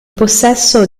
possesso